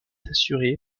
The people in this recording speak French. assurée